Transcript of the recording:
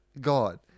God